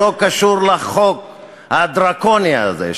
לא קשור לחוק הדרקוני הזה,